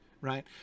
right